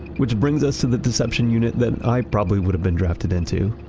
which brings us to the deception unit. then i probably would have been drafted into,